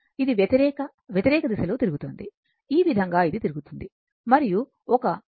ఇది వ్యతిరేక వ్యతిరేక దిశలో తిరుగుతుంది ఈ విధంగా ఇది తిరుగుతుంది మరియు ఒక θ